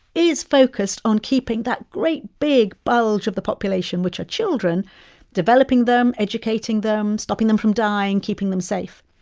is focused on keeping that great big bulge of the population which are children developing them, educating them, stopping them from dying, keeping them safe.